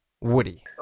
woody